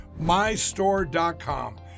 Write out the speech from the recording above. mystore.com